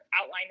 outline